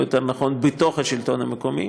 או יותר נכון בתוך השלטון המקומי,